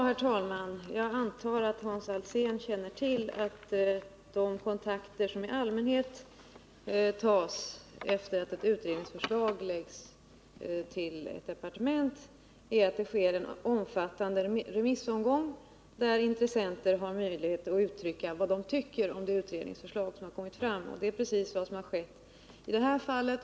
Herr talman! Jag antar att Hans Alsén känner till att de kontakter som i allmänhet tas efter det att ett utredningsförslag kommit till ett departement sker i form av en omfattande remissomgång, där intressenter har möjlighet att uttrycka vad de tycker om det utredningsförslag som kommit fram. Det är precis vad som har skett i det här fallet.